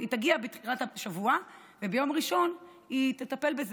היא תגיע בתחילת השבוע, וביום ראשון היא תטפל בזה.